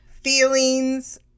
feelings